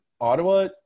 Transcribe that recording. Ottawa